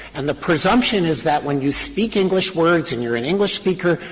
and the presumption is that when you speak english words and you're an english speaker,